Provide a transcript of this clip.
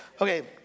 Okay